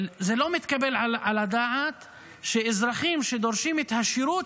זה לא מתקבל על הדעת שאזרחים שדורשים את השירות